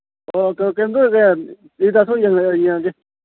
ꯑꯣ ꯌꯦꯡꯉꯒꯦ